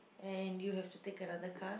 and you have to take another card